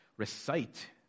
Recite